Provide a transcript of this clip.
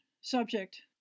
subject